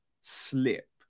slip